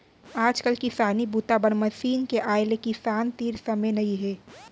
आजकाल किसानी बूता बर मसीन के आए ले किसान तीर समे नइ हे